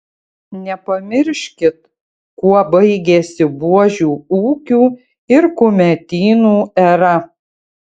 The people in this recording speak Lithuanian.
nepamirškit kuo baigėsi buožių ūkių ir kumetynų era